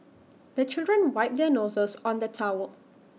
the children wipe their noses on the towel